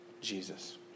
Jesus